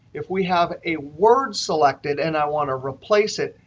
if we have a word selected and i want to replace it,